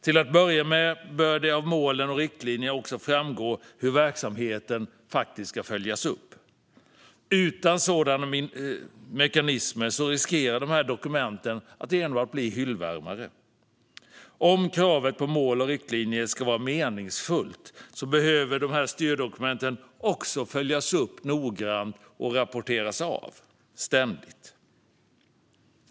Till att börja med bör det av målen och riktlinjerna också framgå hur verksamheten ska följas upp. Utan sådana mekanismer riskerar dessa dokument att enbart bli hyllvärmare. Om kravet på mål och riktlinjer ska vara meningsfullt behöver styrdokumenten också följas upp noggrant och ständigt rapporteras av.